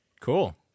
Cool